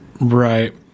Right